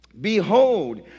Behold